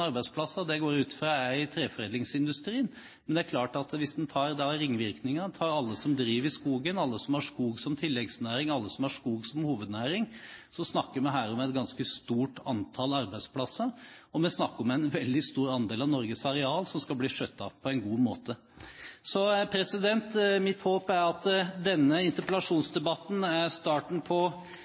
arbeidsplasser. Det går jeg ut fra er i treforedlingsindustrien. Det er klart at hvis man tar ringvirkningene, alle som driver i skogen, alle som har skog som tilleggsnæring, alle som har skog som hovednæring, så snakker vi her om et ganske stort antall arbeidsplasser, og vi snakker om at en veldig stor andel av Norges areal skal bli skjøttet på en god måte. Mitt håp er at denne interpellasjonsdebatten er starten på